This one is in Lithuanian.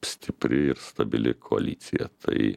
stipri ir stabili koalicija tai